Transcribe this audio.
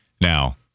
Now